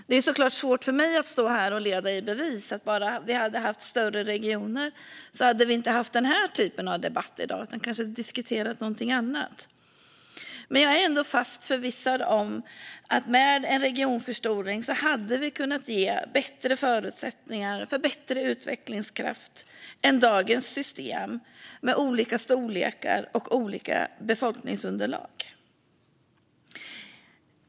Det är såklart svårt för mig att leda i bevis att vi om vi haft större regioner inte hade haft denna typ av debatt i dag utan kanske hade diskuterat något annat. Men jag är ändå fast förvissad om att en regionförstoring hade kunnat ge bättre förutsättningar för ökad utvecklingskraft än dagens system med olika storlekar och olika befolkningsunderlag.